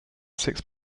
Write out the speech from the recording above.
sixth